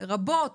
לרבות